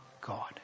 God